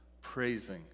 praising